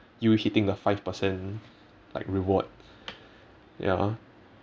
you hitting the five percent like reward ya